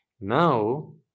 now